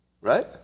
Right